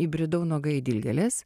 įbridau nuoga į dilgėles